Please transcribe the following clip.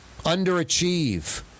underachieve